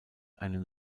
einen